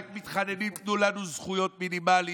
רק מתחננים: תנו לנו זכויות מינימליות